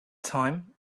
time